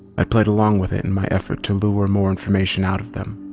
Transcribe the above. i'd played along with it in my effort to lure more information out of them.